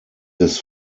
des